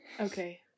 Okay